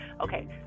okay